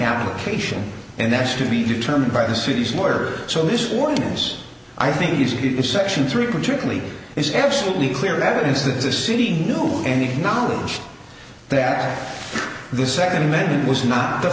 application and that's to be determined by the city's lawyers so this ordinance i think is if section three particularly is absolutely clear evidence that the city knew any knowledge that this second amendment was not the